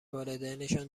والدینشان